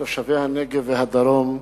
לתושבי הנגב והדרום.